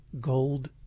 Gold